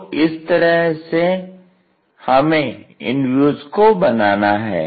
तो इस तरह से हमें इन व्यूज को बनाना है